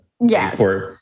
Yes